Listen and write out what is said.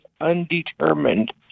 undetermined